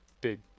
big